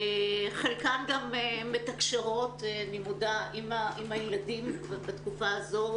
חלקן גם מתקשרות עם הילדים בתקופה הזו,